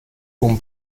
con